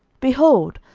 behold,